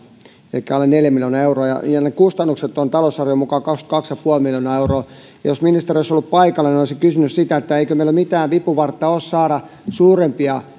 elikkä alle neljä miljoonaa euroa ne kustannukset ovat talousarvion mukaan kaksikymmentäkaksi pilkku viisi miljoonaa euroa jos ministeri olisi ollut paikalla olisin kysynyt sitä että eikö meillä mitään vipuvartta ole saada suurempia